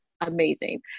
amazing